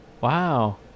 Wow